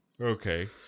okay